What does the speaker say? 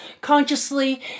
consciously